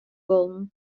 wollen